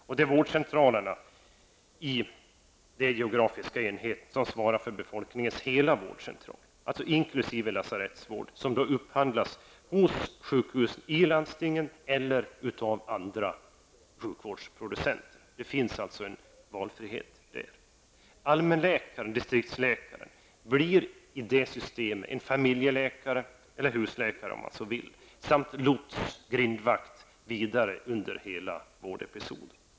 Och det är vårdcentralerna i de geografiska enheterna som svarar för befolkningens hela vårdbehov, alltså inkl. lasarettsvård, som upphandlas hos sjukhusen i landstingen eller av andra sjukvårdsproducenter. Det finns alltså en valfrihet på detta område. Allmänläkaren och distriktsläkaren blir i det systemet en familjeläkare eller husläkare samt lots eller grindvakt under hela vårdepisoden.